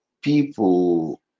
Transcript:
people